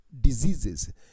diseases